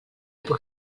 puc